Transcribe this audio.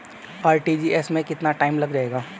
RTGS में कितना time लग जाएगा?